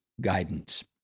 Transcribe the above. guidance